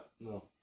No